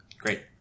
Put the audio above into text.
Great